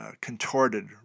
contorted